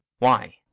why?